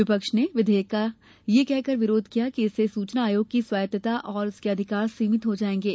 विपक्ष ने विधेयक का यह कहकर विरोध किया कि इससे सूचना आयोग की स्वायत्ता और उसके अधिकार सीमित हो जायेंगे